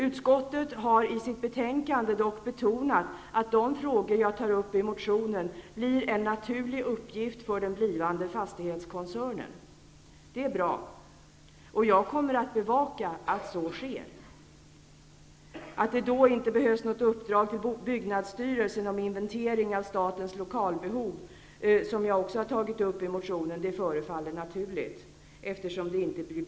Utskottet betonar dock att de frågor jag tar upp i motionen blir en naturlig uppgift för den blivande fastighetskoncernen. Det är bra, och jag kommer att bevaka att så sker. Att det då inte behövs något uppdrag till byggnadsstyrelsen om inventering av statens lokalbehov förefaller naturligt.